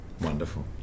Wonderful